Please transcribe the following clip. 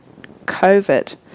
COVID